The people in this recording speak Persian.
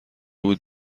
بود